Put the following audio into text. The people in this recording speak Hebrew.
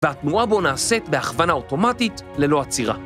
והתנועה בו נעשית בהכוונה אוטומטית ללא עצירה.